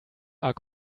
are